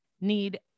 need